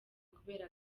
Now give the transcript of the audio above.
kubera